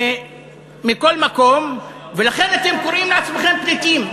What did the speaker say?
מכל מקום, ולכן אתם קוראים לעצמכם "פליטים".